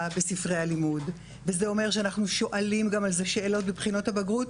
בספרי הלימוד וזה אומר שאנחנו שואלים גם על זה שאלות בבחינות הבגרות,